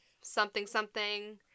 something-something